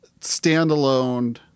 standalone